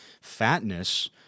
fatness